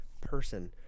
person